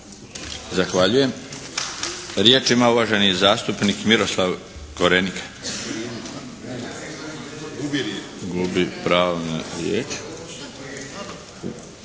Zahvaljujem. Riječ ima uvaženi zastupnik Miroslav Korenika. Nema ga. Gubi pravo na riječ.